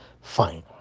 fine